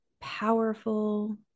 powerful